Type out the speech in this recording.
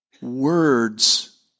Words